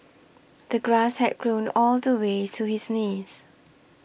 the grass had grown all the way to his knees